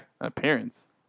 Appearance